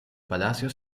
palacio